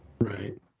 Right